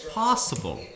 possible